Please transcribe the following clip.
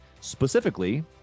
specifically